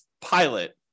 pilot